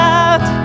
out